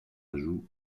ajout